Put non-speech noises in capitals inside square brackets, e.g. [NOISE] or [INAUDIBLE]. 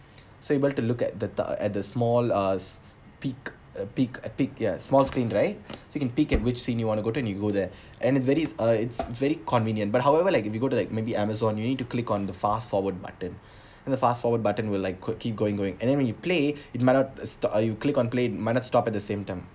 so you able to look at the the at the small uh s~ peak uh peak peak ya small screen right so you can pick at which scene you want to go then you go there and it's very it's uh it's very convenient but however like if you go to like maybe Amazon you need to click on the fast forward button [BREATH] then the fast forward button will like quick keep going going and then when you play it might not stop uh you click on play might not stop at the same time